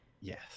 Yes